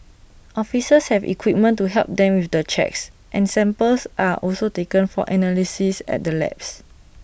officers have equipment to help them with the checks and samples are also taken for analysis at the labs